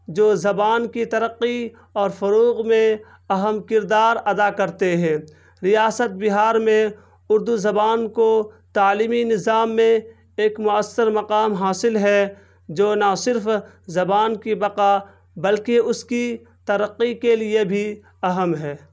جو زبان کی ترقی اور فروغ میں اہم کردار ادا کرتے ہیں ریاست بہار میں اردو زبان کو تعلیمی نظام میں ایک مؤثر مقام حاصل ہے جو نہ صرف زبان کی بقا بلکہ اس کی ترقی کے لیے بھی اہم ہے